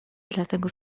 dlatego